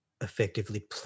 effectively